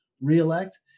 reelect